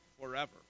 forever